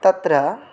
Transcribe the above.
तत्र